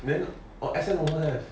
then or S_F number one